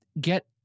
get